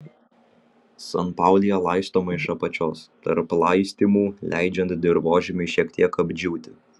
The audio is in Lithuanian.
sanpaulija laistoma iš apačios tarp laistymų leidžiant dirvožemiui šiek tiek apdžiūti